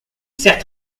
certes